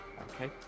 Okay